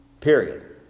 period